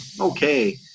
okay